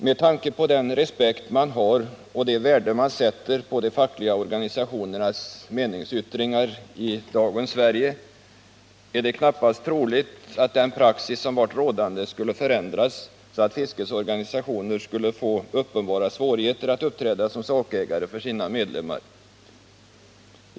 Med tanke på den respekt man har för och det värde man sätter på de fackliga organisationernas meningsyttringar i dagens Sverige är det knappast troligt att den praxis som varit rådande skulle förändras så att fiskets organisationer fick uppenbara svårigheter att uppträda som sakägare för sina medlemmar.